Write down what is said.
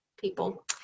people